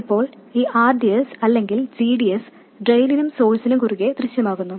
ഇപ്പോൾ ഈ rds അല്ലെങ്കിൽ gds ഡ്രെയിനിലും സോഴ്സിനും കുറുകേ ദൃശ്യമാകുന്നു